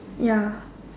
ya